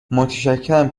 متشکرم